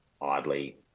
oddly